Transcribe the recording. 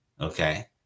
Okay